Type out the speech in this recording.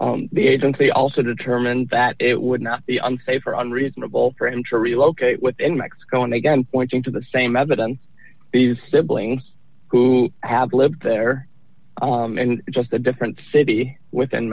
the agency also determined that it would not be unsafe or unreasonable for him to relocate within mexico and again pointing to the same evidence these siblings who have lived there and just a different city within